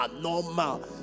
normal